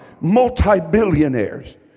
multi-billionaires